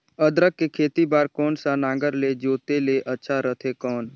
अदरक के खेती बार कोन सा नागर ले जोते ले अच्छा रथे कौन?